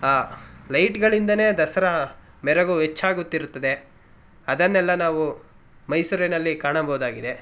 ಆ ಲೈಟ್ಗಳಿಂದಲೇ ದಸರಾ ಮೆರಗು ಹೆಚ್ಚಾಗುತ್ತಿರುತ್ತದೆ ಅದನ್ನೆಲ್ಲ ನಾವು ಮೈಸೂರಿನಲ್ಲಿ ಕಾಣಬೋದಾಗಿದೆ